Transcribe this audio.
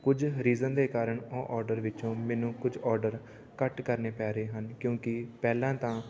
ਕੁਝ ਰੀਜ਼ਨ ਦੇ ਕਾਰਨ ਉਹ ਔਡਰ ਵਿੱਚੋਂ ਮੈਨੂੰ ਕੁਝ ਔਡਰ ਘੱਟ ਕਰਨੇ ਪੈ ਰਹੇ ਹਨ ਕਿਉਂਕਿ ਪਹਿਲਾਂ ਤਾਂ